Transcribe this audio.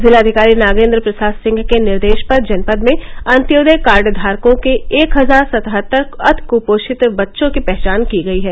जिलाधिकारी नागेन्द्र प्रसाद सिंह के निर्देश पर जनपद में अन्योदय कार्ड्यारकों के एक हजार सतहत्तर अतिक्पोषित बच्चों की पहचान की गयी है